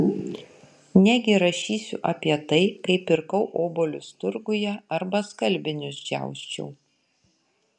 negi rašysiu apie tai kaip pirkau obuolius turguje arba skalbinius džiausčiau